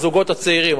הזוגות הצעירים,